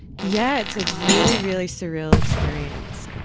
yeah, it's a really, really surreal experience.